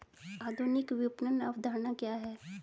आधुनिक विपणन अवधारणा क्या है?